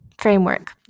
framework